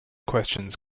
questions